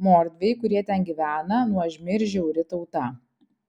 mordviai kurie ten gyvena nuožmi ir žiauri tauta